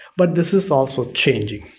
but, this is also changing.